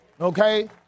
Okay